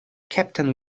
captain